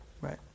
Right